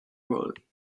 brolly